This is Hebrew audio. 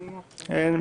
אין.